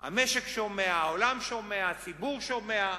המשק שומע, העולם שומע, הציבור שומע,